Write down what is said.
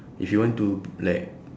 if you want to like